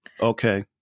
Okay